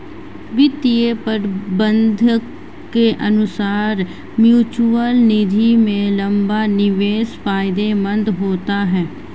वित्तीय प्रबंधक के अनुसार म्यूचअल निधि में लंबा निवेश फायदेमंद होता है